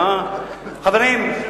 חברים,